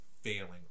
failing